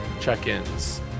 check-ins